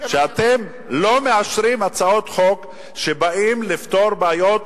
שאתם לא מאשרים הצעות חוק שבאות לפתור בעיות